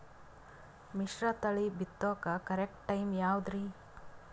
ಮಿಶ್ರತಳಿ ಬಿತ್ತಕು correct time ಯಾವುದರಿ?